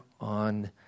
on